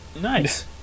Nice